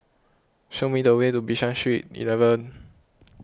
show me the way to Bishan Street eleven